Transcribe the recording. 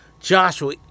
Joshua